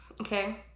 okay